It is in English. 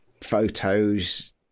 photos